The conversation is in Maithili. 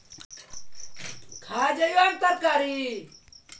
इंश्योरेंसबा के पैसा जरूरत पड़े पे तुरंत मिल सकनी?